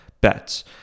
bets